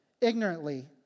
ignorantly